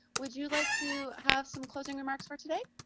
would you like to have some closing remarks for today?